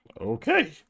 Okay